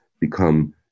become